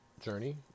journey